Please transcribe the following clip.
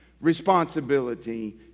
responsibility